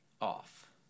off